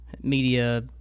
Media